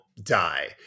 die